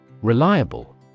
Reliable